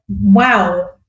wow